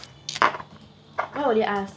oh you ask